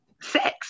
sex